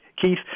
Keith